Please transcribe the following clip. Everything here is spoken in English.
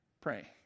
Pray